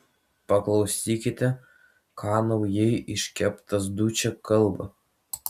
paklausykite ką naujai iškeptas dučė kalba